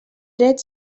dret